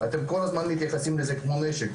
אתם כל הזמן מתייחסים לזה כמו לנשק,